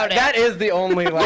ah that is the only